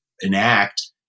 enact